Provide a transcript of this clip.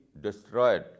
destroyed